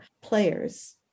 players